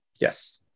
Yes